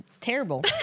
terrible